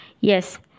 Yes